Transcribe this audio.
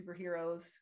superheroes